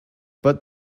but